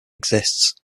exists